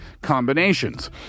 combinations